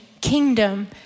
kingdom